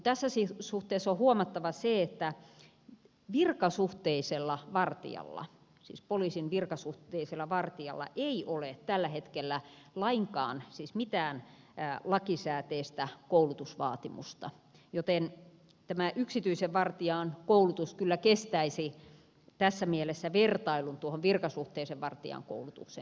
tässä suhteessa on huomattava se että virkasuhteisella vartijalla siis poliisin virkasuhteisella vartijalla ei ole tällä hetkellä lainkaan siis mitään lakisääteistä koulutusvaatimusta joten tämä yksityisen vartijan koulutus kyllä kestäisi tässä mielessä vertailun tuohon virkasuhteisen vartijan koulutukseen